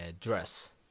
dress